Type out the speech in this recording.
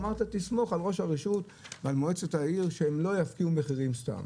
אמרת תסמוך על ראש הרשות ועל מועצת העיר שהם לא יפקיעו מחירים סתם.